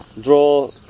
draw